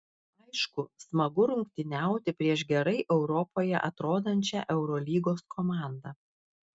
aišku smagu rungtyniauti prieš gerai europoje atrodančią eurolygos komandą